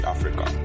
Africa